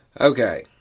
Okay